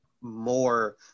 more